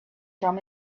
from